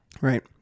Right